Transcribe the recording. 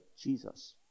Jesus